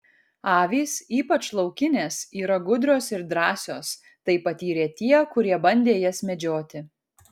avys ypač laukinės yra gudrios ir drąsios tai patyrė tie kurie bandė jas medžioti